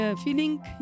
feeling